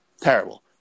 Terrible